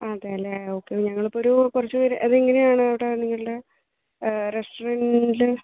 അതെ അല്ലേ ഓക്കേ ഞങ്ങളിപ്പോൾ ഒരു കുറച്ച് പേർ അതെങ്ങനെയാണ് അവിടെ നിങ്ങളുടെ റസ്റ്റോറൻറ്റിൽ